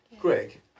Greg